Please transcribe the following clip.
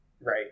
Right